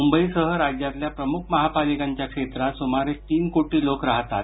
मुंबईसह राज्यातल्या प्रमुख महापालिकांच्या क्षेत्रात सुमारे तीन कोटी लोक राहतात